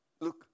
look